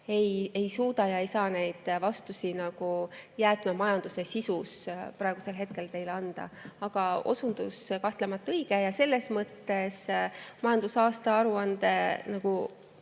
ei suuda ja ei saa neid vastuseid jäätmemajanduse sisu kohta praegusel hetkel teile anda. Aga osundus kahtlemata on õige. Selles mõttes majandusaasta aruande võlu